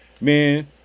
man